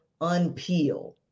unpeel